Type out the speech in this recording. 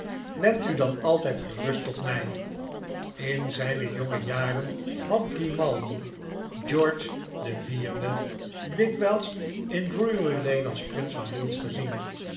wend u dan altijd gerust tot mij in zijne jonge jaren had grimaldi george den vierden dikwijls in drury-lane als prins van wales gezien